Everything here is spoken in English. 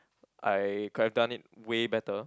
I could have done it way better